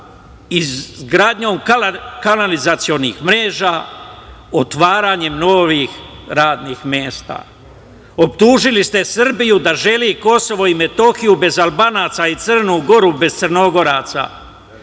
izgradnjom kanalizacionih mreža, otvaranjem novih radnih mesta. Optužili ste Srbiju da želi Kosovo i Metohiju bez Albanaca i Crnu Goru bez Crnogoraca,